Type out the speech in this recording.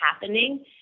happening